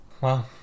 Wow